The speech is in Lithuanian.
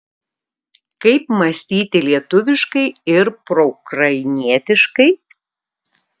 kaip mąstyti lietuviškai ir proukrainietiškai